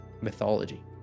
mythology